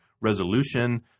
resolution